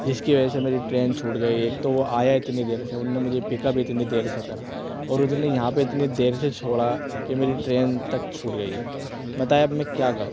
جس کی وجہ سے میری ٹرین چھوٹ گئی ایک تو وہ آیا اتنی دیر سے انہوں نے مجھے پک اپ اتنی دیر سے کرا اور اس نے یہاں پہ اتنے دیر سے چھوڑا کہ میری ٹرین تک چھوٹ گئی ہے بتائیے اب میں کیا کروں